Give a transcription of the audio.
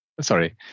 Sorry